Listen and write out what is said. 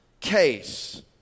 case